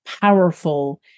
powerful